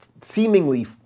seemingly